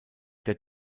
der